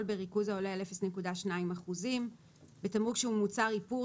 בריכוז העולה על 0.2%; (ט)בתמרוק שהוא מוצר איפור,